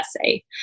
essay